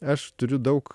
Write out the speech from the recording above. aš turiu daug